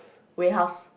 warehouse